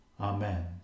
Amen